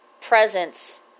presence